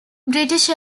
british